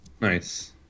Nice